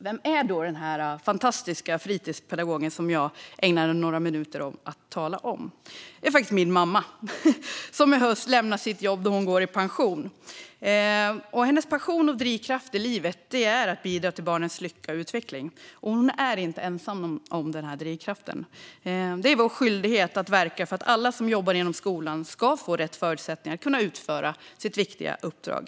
Vem är då denna fantastiska fritidspedagog som jag ägnade några minuter att tala om? Det är min mamma, som i höst lämnar sitt jobb då hon går i pension. Hennes passion och drivkraft i livet är att bidra till barnens lycka och utveckling. Hon är inte ensam om denna drivkraft. Det är vår skyldighet att verka för att alla som jobbar inom skolan ska få rätt förutsättningar att kunna utföra sitt viktiga uppdrag.